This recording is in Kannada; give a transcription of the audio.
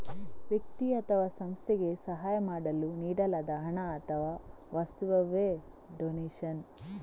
ವ್ಯಕ್ತಿ ಅಥವಾ ಸಂಸ್ಥೆಗೆ ಸಹಾಯ ಮಾಡಲು ನೀಡಲಾದ ಹಣ ಅಥವಾ ವಸ್ತುವವೇ ಡೊನೇಷನ್